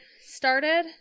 started